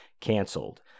canceled